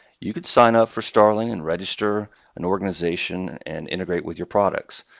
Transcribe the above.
you could sign up for starling and register an organization and integrate with your products.